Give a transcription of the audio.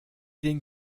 den